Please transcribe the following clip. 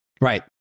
Right